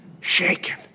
shaken